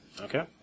Okay